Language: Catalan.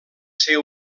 ser